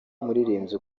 umuririmbyi